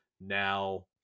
Now